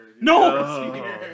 No